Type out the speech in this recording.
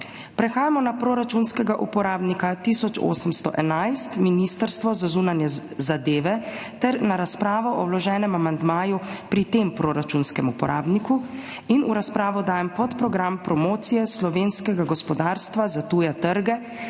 Prehajamo na proračunskega uporabnika 1811 Ministrstvo za zunanje zadeve ter na razpravo o vloženem amandmaju pri tem proračunskem uporabniku. V razpravo dajem podprogram Promocije slovenskega gospodarstva za tuje trge